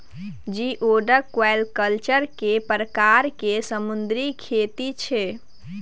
geoduck aquaculture एक परकार केर समुन्दरी खेती छै